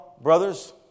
brothers